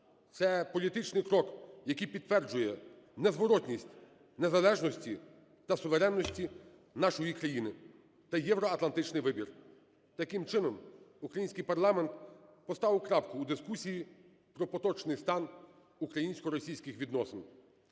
Це політичний крок, який підтверджує незворотність незалежності та суверенності нашої країни та євроатлантичний вибір. Таким чином, український парламент поставив крапку у дискусії про поточний стан українсько-російських відносин.